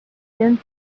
thin